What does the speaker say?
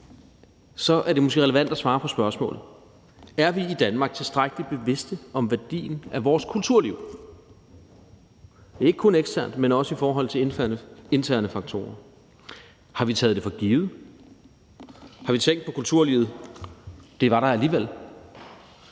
er det måske relevant at svare på spørgsmålet: Er vi i Danmark tilstrækkeligt bevidste om værdien af vores kulturliv, ikke kun eksternt, men også i forhold til interne faktorer? Har vi taget det for givet? Har vi tænkt om kulturlivet, at det var der alligevel,